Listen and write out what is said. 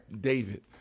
David